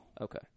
Okay